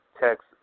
text